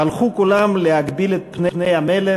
הלכו כולם להקביל את פני המלך,